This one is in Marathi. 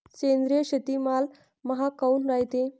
सेंद्रिय शेतीमाल महाग काऊन रायते?